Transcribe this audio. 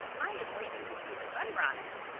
i am waiting to see the sun rise.